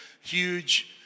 huge